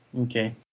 Okay